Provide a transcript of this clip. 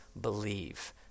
believe